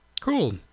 cool